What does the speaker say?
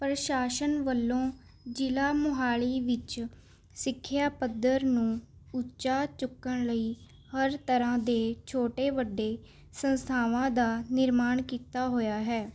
ਪ੍ਰਸ਼ਾਸਨ ਵੱਲੋਂ ਜ਼ਿਲ੍ਹਾ ਮੋਹਾਲੀ ਵਿੱਚ ਸਿੱਖਿਆ ਪੱਧਰ ਨੂੰ ਉੱਚਾ ਚੁੱਕਣ ਲਈ ਹਰ ਤਰ੍ਹਾਂ ਦੇ ਛੋਟੇ ਵੱਡੇ ਸੰਸਥਾਵਾਂ ਦਾ ਨਿਰਮਾਣ ਕੀਤਾ ਹੋਇਆ ਹੈ